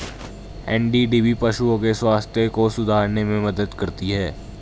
NDDB पशुओं के स्वास्थ्य को सुधारने में मदद करती है